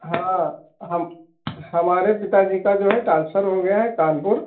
हाँ हम हमारे पिता जी का जो है ट्रांसफर हो गया है कानपुर